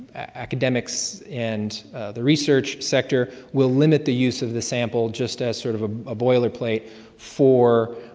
academic so and the research sector, will limit the use of the sample just a sort of ah a boiler plate for